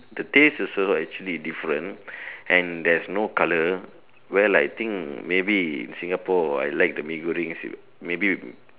the taste also actually different and there is no colour well I think maybe in Singapore I like the Mee-Goreng soup maybe with